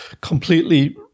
completely